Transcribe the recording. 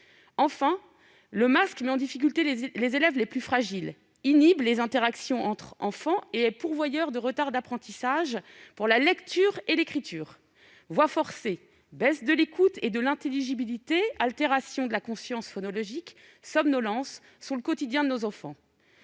Enfin, le masque met en difficulté les élèves les plus fragiles, inhibe les interactions entre enfants et est pourvoyeur de retards d'apprentissage pour la lecture et l'écriture. Voix forcée, baisse de l'écoute et de l'intelligibilité, altération de la conscience phonologique, somnolence sont le quotidien de nos enfants.